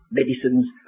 medicines